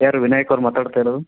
ಯಾರು ವಿನಾಯಕ್ ಅವ್ರಾ ಮಾತಾಡ್ತಾಯಿರೋದಾ